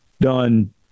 done